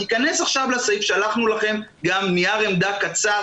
תיכנס עכשיו לסעיף שלחנו לכם גם נייר עמדה קצר